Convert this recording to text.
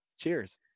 Cheers